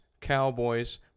Cowboys